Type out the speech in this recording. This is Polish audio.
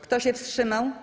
Kto się wstrzymał?